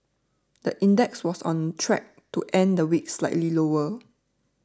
the index was on track to end the week slightly lower